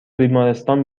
بیمارستان